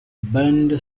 band